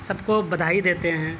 سب کو بدھائی دیتے ہیں